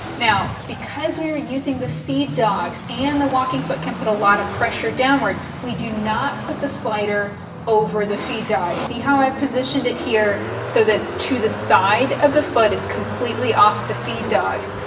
now because we are using the feed dogs, and the walking foot can put a lot of pressure down wards, we do not put the slider over the feed dogs. see how i've positioned it here so that it's to the side of the foot. it's completely off the feed dogs.